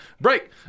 break